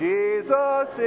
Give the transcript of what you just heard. Jesus